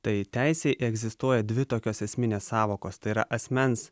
tai teisėj egzistuoja dvi tokios esminės sąvokos tai yra asmens